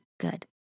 good